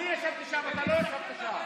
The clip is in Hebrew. אני ישבתי שם, אתה לא ישבת שם.